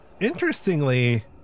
Interestingly